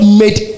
made